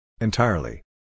Entirely